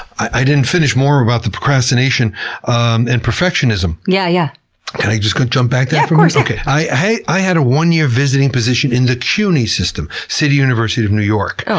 i didn't finish more about the procrastination and perfectionism. yeah yeah can i just go jump back there? yeah, of course! okay. i i had a one-year visiting position in the cuny system, city university of new york,